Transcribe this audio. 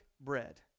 bread